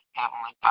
Heavenly